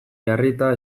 jarrita